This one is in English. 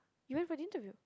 you went for the interview